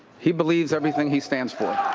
he believes everything he stands for.